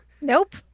Nope